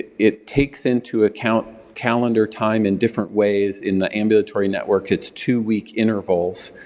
it takes into account calendar time in different ways, in the ambulatory network it's two-week intervals,